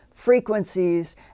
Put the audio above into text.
frequencies